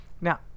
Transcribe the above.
now